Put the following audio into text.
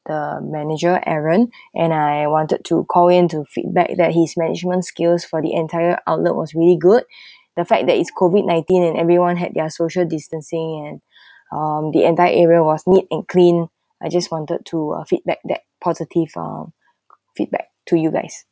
the manager aaron and I wanted to call in to feedback that his management skills for the entire outlet was really good the fact that is COVID nineteen and everyone had their social distancing and um the entire area was neat and clean I just wanted to uh feedback that positive ah feedback to you guys